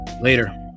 later